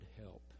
help